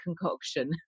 concoction